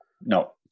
No